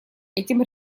этим